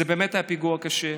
זה באמת היה פיגוע קשה.